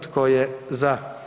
Tko je za?